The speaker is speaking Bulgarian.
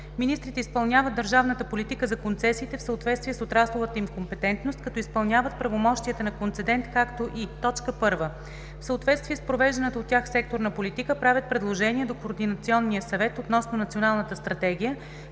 Министрите изпълняват държавната политика за концесиите в съответствие с отрасловата им компетентност, като изпълняват правомощията на концедент, както и: 1. в съответствие с провежданата от тях секторна политика правят предложения до Координационния съвет относно Националната стратегия,